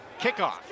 kickoff